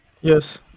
Yes